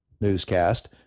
newscast